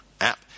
app